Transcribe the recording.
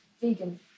Vegan